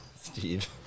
Steve